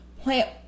plant